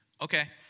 Okay